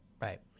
right